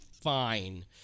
fine